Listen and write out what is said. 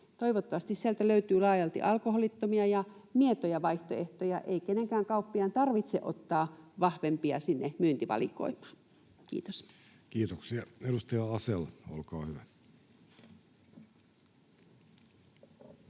Toivottavasti sieltä löytyy laajalti alkoholittomia ja mietoja vaihtoehtoja. Ei kenenkään kauppiaan tarvitse ottaa vahvempia sinne myyntivalikoimaan. — Kiitos. Kiitoksia. — Edustaja Asell, olkaa hyvä.